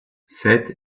cette